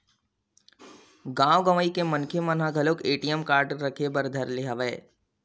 गाँव गंवई के मनखे मन ह घलोक ए.टी.एम कारड रखे बर धर ले हवय